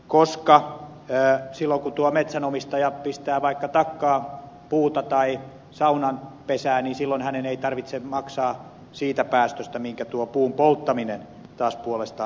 koska silloin kun tuo metsänomistaja pistää vaikka puuta takkaan tai saunanpesään silloin hänen ei tarvitse maksaa siitä päästöstä jonka tuo puun polttaminen taas puolestaan aiheuttaa